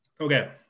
Okay